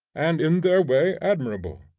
and in their way admirable.